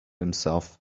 himself